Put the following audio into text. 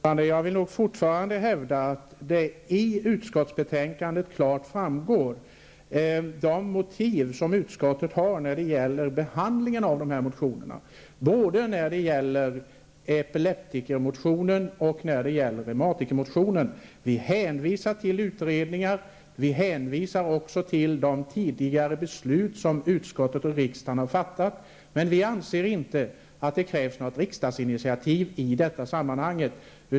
Fru talman! Jag vill fortfarande hävda att det i utskottsbetänkandet klart framgår vilka motiv utskottet har när det gäller behandlingen av dessa motioner, både motionen om epileptiker och motionen om reumatiker. Vi hänvisar till utredningar och till de tidigare beslut som riksdagen har fattat, men vi anser inte att det krävs något riksdagsinitiativ i detta sammanhang.